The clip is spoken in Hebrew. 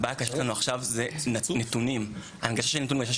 הבעיה עכשיו זו הנגשת הנתונים והידע,